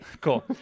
Cool